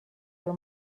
your